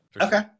Okay